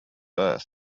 earth